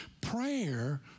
Prayer